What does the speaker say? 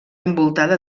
envoltada